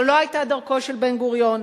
זו לא היתה דרכו של בן-גוריון.